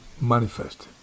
manifested